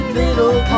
little